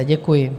Děkuji.